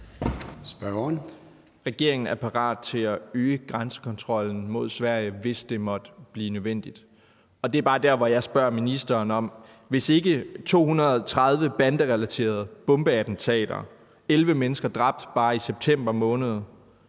Regeringen er parat til at øge grænsekontrollen mod Sverige, hvis det måtte blive nødvendigt. Det er bare der, hvor jeg spørger ministeren: Hvis ikke 230 banderelaterede bombeattentater, 11 mennesker dræbt bare i september måned,